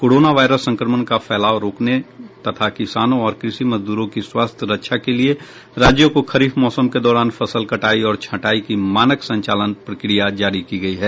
corona virus संक्रमण का फैलाव रोकने तथा किसानों और कृषि मजद्रों की स्वास्थ्य रक्षा के लिए राज्यों को खरीफ मौसम के दौरान फसल कटाई और छंटाई की मानक संचालन प्रक्रिया जारी की गई है